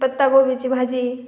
पत्तागोबीची भाजी